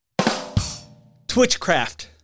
Twitchcraft